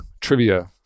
trivia